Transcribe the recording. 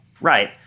Right